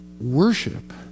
worship